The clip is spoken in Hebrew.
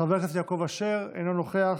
חבר הכנסת יעקב אשר, אינו נוכח.